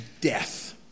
death